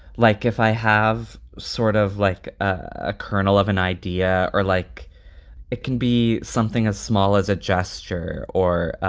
like, if i have sort of like a kernel of an idea or like it can be something as small as a gesture or